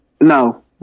No